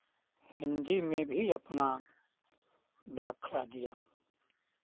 हिन्दी में भी अपना व्याख्या दिया